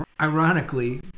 ironically